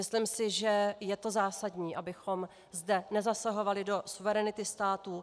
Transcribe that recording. Myslím si, že je to zásadní, abychom zde nezasahovali do suverenity států.